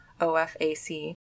OFAC